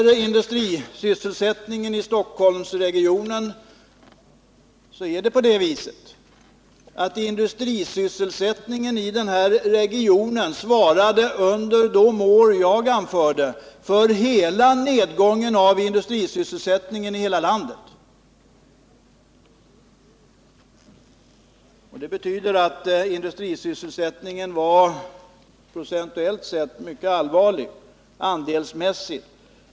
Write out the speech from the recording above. Industrisysselsättningen i Stockholmsregionen motsvarade under de år jag nämnde i mitt tidigare anförande hela nedgången i industrisysselsättningen i landet i dess helhet. Det betyder att industrisysselsättningen andelsmässigt sett låg på en mycket låg nivå.